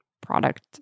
product